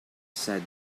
said